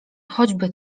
choćby